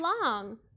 long